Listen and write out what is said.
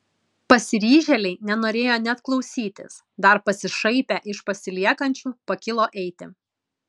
pasiryžėliai nenorėjo net klausytis dar pasišaipę iš pasiliekančių pakilo eiti